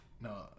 no